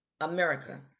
america